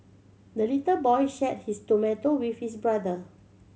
the little boy shared his tomato with his brother